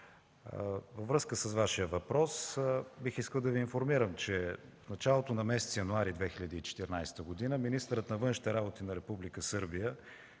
Във връзка с Вашия въпрос, бих искал да Ви информирам, че в началото на месец януари 2014 г. министърът на външните работи на Република Сърбия